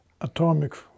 atomic